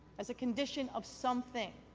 as a condition of something.